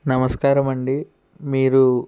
నమస్కారమండి మీరు